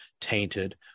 tainted